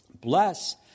Bless